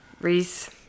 Reese